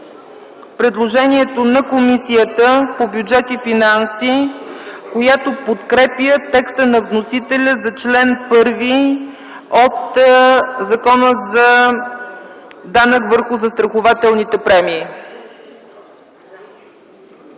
предложението на Комисията по бюджет и финанси, която подкрепя текста на вносителя за чл. 1 от Закона за данък върху застрахователните премии.